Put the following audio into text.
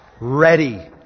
ready